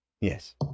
Yes